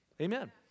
Amen